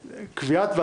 לפי ההסכם והסיכום,